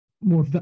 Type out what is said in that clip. more